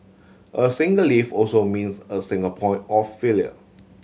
a single lift also means a single point of failure